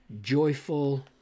joyful